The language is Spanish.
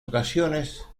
ocasiones